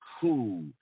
cool